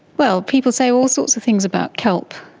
well, people say all sorts of things about kelp.